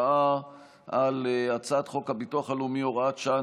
להצבעה על הצעת חוק הביטוח הלאומי (הוראת שעה,